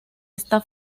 esa